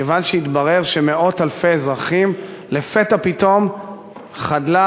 כיוון שהתברר שמאות אלפי אזרחים לפתע פתאום חדלה